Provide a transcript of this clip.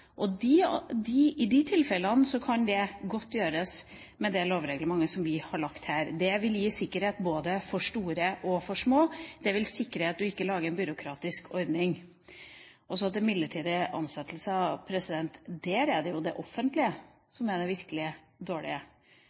og i de tilfellene kan det godt gjøres med det forslaget til lovreglement som vi har lagt fram her. Det vil gi sikkerhet både for store og små bedrifter, det vil sikre at man ikke lager en byråkratisk ordning. Og så til midlertidige ansettelser. Der er det det offentlige som er den virkelig dårlige. Innenfor universitets- og høgskolesektoren, f.eks., er